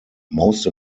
most